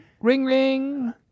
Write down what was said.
Ring-ring